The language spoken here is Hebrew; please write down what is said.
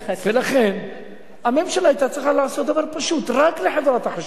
ולכן הממשלה היתה צריכה לעשות דבר פשוט: רק לחברת החשמל,